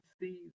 see